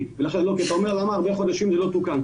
אתה אומר למה הרבה חודשים זה לא תוקן,